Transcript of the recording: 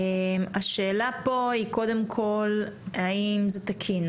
השאלה פה היא קודם כל האם זה תקין?